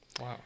Wow